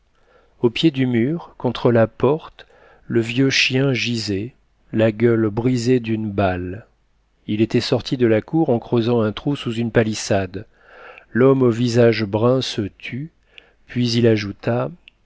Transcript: au pied du mur contre la porte le vieux chien gisait la gueule brisée d'une balle il était sorti de la cour en creusant un trou sous une palissade l'homme au visage brun se tut puis il ajouta